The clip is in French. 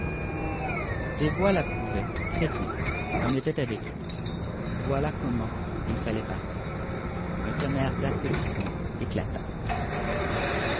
voix l'approuvaient très bien on était avec lui voilà comment il fallait parler un tonnerre d'applaudissements éclata